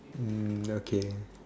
okay